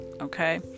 okay